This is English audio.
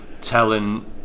telling